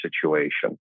situation